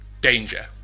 danger